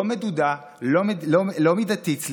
לא מידתית,